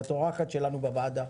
את אורחת שלנו בוועדה.